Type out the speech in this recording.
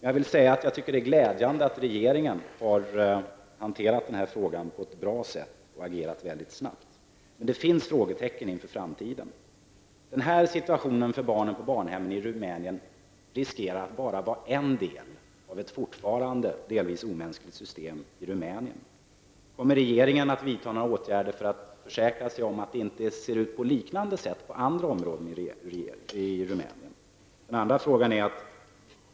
Det är glädjande att regeringen har hanterat denna fråga på ett bra sätt och agerat snabbt. Men det finns frågetecken inför framtiden. Denna situation för barnen på barnhemmen i Rumänien riskerar att vara endast en del av ett fortfarande delvis omänskligt system i Rumänien. Kommer regeringen att vidta några åtgärder för att försäkra sig om att det inte ser ut på liknande sätt på andra områden i Rumänien?